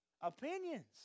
opinions